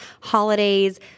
holidays